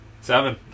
Seven